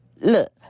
Look